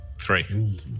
Three